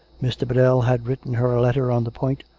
mr. biddell had written her a letter on the point,